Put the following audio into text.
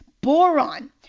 boron